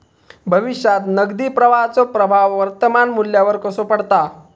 भविष्यात नगदी प्रवाहाचो प्रभाव वर्तमान मुल्यावर कसो पडता?